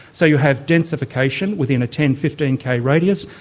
so you have densification within a ten fifteen k radius,